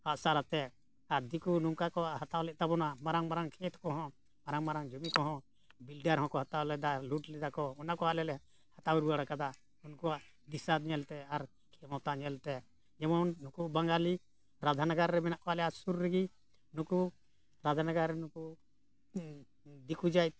ᱟᱜᱼᱥᱟᱨ ᱟᱛᱮ ᱟᱨ ᱫᱤᱠᱩ ᱱᱚᱝᱠᱟ ᱠᱚ ᱦᱟᱛᱟᱣ ᱞᱮᱫ ᱛᱟᱵᱚᱱᱟ ᱢᱟᱨᱟᱝ ᱢᱟᱨᱟᱝ ᱠᱷᱮᱛ ᱠᱚᱦᱚᱸ ᱢᱟᱨᱟᱝ ᱢᱟᱨᱟᱝ ᱡᱚᱢᱤ ᱠᱚᱦᱚᱸ ᱵᱤᱞᱰᱟᱨ ᱦᱚᱸᱠᱚ ᱦᱟᱛᱟᱣ ᱞᱮᱫᱟ ᱞᱩᱴ ᱞᱮᱫᱟ ᱠᱚ ᱚᱱᱟᱠᱚ ᱟᱞᱮᱞᱮ ᱦᱟᱛᱟᱣ ᱨᱩᱣᱟᱹᱲ ᱟᱠᱟᱫᱟ ᱩᱱᱠᱩᱣᱟᱜ ᱫᱤᱥᱟᱹ ᱧᱮᱞᱛᱮ ᱟᱨ ᱠᱷᱮᱢᱚᱛᱟ ᱧᱮᱞᱛᱮ ᱡᱮᱢᱚᱱ ᱱᱩᱠᱩ ᱵᱟᱝᱜᱟᱞᱤ ᱨᱟᱫᱷᱟᱱᱜᱟᱨ ᱨᱮ ᱢᱮᱱᱟᱜ ᱠᱚᱣᱟ ᱟᱞᱮᱭᱟᱜ ᱥᱩᱨ ᱨᱮᱜᱮ ᱱᱩᱠᱩ ᱨᱟᱫᱷᱟᱱᱜᱟᱨ ᱱᱩᱠᱩ ᱫᱤᱠᱩ ᱡᱟᱹᱛ